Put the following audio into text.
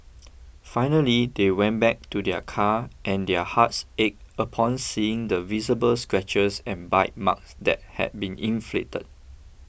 finally they went back to their car and their hearts ached upon seeing the visible scratches and bite marks that had been inflicted